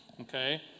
Okay